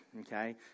Okay